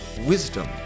wisdom